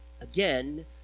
Again